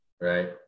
Right